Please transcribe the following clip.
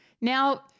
Now